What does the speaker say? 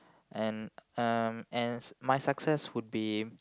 and um and my success would be